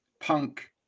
punk